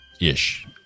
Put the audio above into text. ish